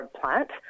plant